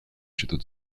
château